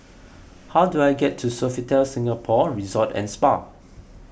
how do I get to Sofitel Singapore Resort and Spa